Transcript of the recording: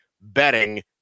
betting